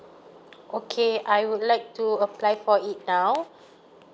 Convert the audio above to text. okay I would like to apply for it now